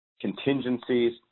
contingencies